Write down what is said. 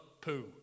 poo